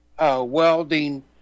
welding